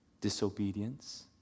disobedience